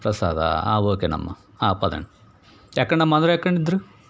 ప్రసాదా ఆ ఓకేనమ్మా పదండి ఎక్కండమ్మా అందరూ ఎక్కండి ఇద్దరు